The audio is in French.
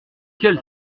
quel